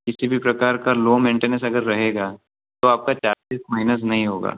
किसी भी प्रकार का लो मेंटेनेंस अगर रहेगा तो आपका चार्जेज़ माइनस नहीं होगा